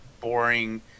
boring